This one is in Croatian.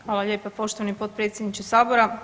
Hvala lijepa poštovani potpredsjedniče sabora.